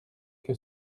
que